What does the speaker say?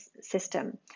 system